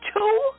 Two